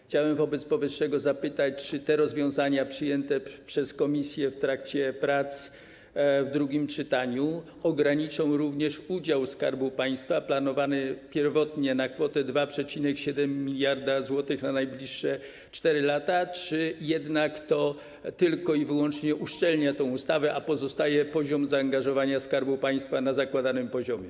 Chciałem wobec powyższego zapytać: Czy rozwiązania przyjęte przez komisję w trakcie prac w drugim czytaniu ograniczą udział Skarbu Państwa planowany pierwotnie na kwotę 2,7 mld zł na najbliższe 4 lata, czy jednak to tylko i wyłącznie uszczelnia tę ustawę, a poziom zaangażowania Skarbu Państwa pozostaje na zakładanym poziomie?